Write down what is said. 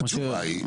של הקלה.